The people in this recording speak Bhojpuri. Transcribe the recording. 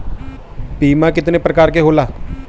बीमा केतना प्रकार के होला?